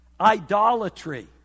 idolatry